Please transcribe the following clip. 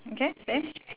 okay same